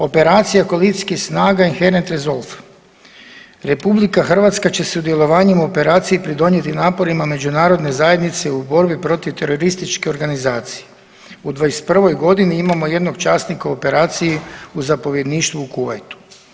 Operacijska koalicijskih snaga „Inherent Resolve“, RH će sudjelovanjem u operaciji pridonijeti naporima međunarodne zajednice u borbi protiv terorističke organizacije u '21.g. imamo jednog časnika u operaciji u zapovjedništvu u Kuvajtu.